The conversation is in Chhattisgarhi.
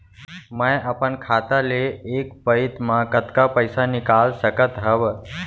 मैं अपन खाता ले एक पइत मा कतका पइसा निकाल सकत हव?